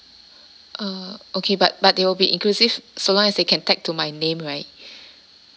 uh okay but but they will be inclusive so long as they can tag to my name right